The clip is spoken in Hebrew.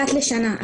אחת לשנה,